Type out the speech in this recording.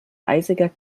eisiger